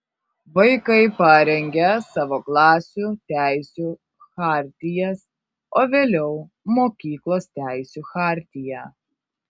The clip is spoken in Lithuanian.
vaikai parengia savo klasių teisių chartijas o vėliau mokyklos teisių chartiją